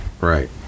right